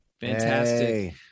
Fantastic